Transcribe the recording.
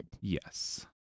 yes